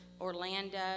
Orlando